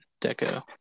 deco